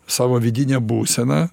savo vidinę būseną